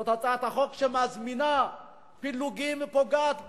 זאת הצעת חוק שמזמינה פילוגים ופוגעת בנו,